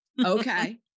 Okay